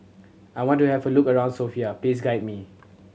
I want to have a look around Sofia please guide me